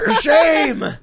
Shame